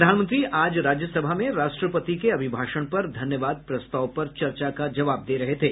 प्रधानमंत्री आज राज्यसभा में राष्ट्रपति के अभिभाषण पर धन्यवाद प्रस्ताव पर चर्चा का जवाब दे रहे थे